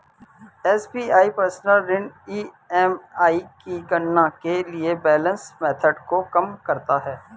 SBI personal ऋण EMI की गणना के लिए बैलेंस मेथड को कम करता है